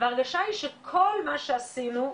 וההרגשה היא שכל מה שעשינו,